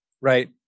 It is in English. right